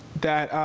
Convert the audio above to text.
that